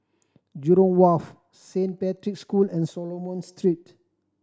Jurong Wharf Saint Patrick's School and Solomon Street